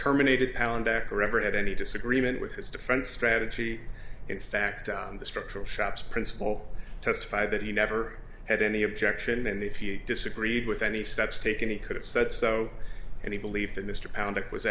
terminated alan decker ever had any disagreement with his defense strategy in fact on the structural shops principle testified that he never had any objection and if you disagreed with any steps taken he could have said so and he believed in